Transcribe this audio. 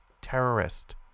terrorist